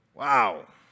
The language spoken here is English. Wow